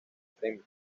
premio